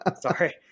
Sorry